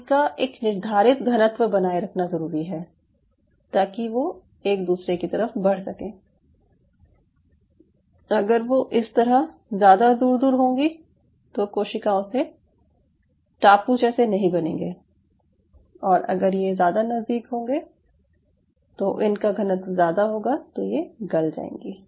इनका एक निर्धारित घनत्व बनाये रखना ज़रूरी है ताकि वो एक दूसरे की तरफ बढ़ सकें अगर वो इस तरह ज़्यादा दूर दूर होंगी तो कोशिकाओं से टापू जैसे नहीं बनेंगे और अगर ये ज़्यादा नज़दीक होंगे या इनका घनत्व ज़्यादा होगा तो ये गल जाएंगी